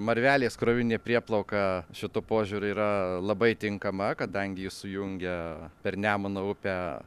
marvelės krovininė prieplauka šituo požiūriu yra labai tinkama kadangi ji sujungia per nemuno upę